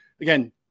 again